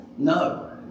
No